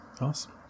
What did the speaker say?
Awesome